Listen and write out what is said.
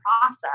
process